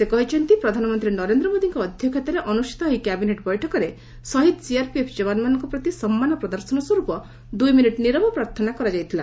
ସେ କହିଛନ୍ତି ପ୍ରଧାନମନ୍ତ୍ରୀ ନରେନ୍ଦ୍ର ମୋଦିଙ୍କ ଅଧ୍ୟକ୍ଷତାରେ ଅନୁଷ୍ଠିତ ଏହି କ୍ୟାବିନେଟ୍ ବୈଠକରେ ଶହୀଦ ସିଆର୍ପିଏଫ୍ ଯବାନମାନଙ୍କ ପ୍ରତି ସମ୍ମାନ ପ୍ରଦର୍ଶନ ସ୍ୱରୂପ ଦୁଇମିନିଟ୍ ନିରବ ପ୍ରାର୍ଥନା କରାଯାଇଥିଲା